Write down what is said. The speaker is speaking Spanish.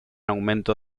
aumento